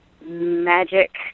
magic